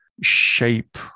shape